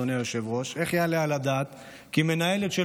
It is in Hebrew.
אדוני היושב-ראש: איך יעלה על הדעת כי מנהלת של